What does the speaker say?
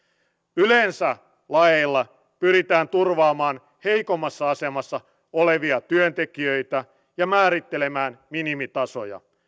yleensä laeilla pyritään turvaamaan heikommassa asemassa olevia työntekijöitä ja määrittelemään minimitasoja